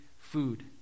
food